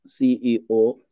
CEO